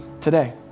today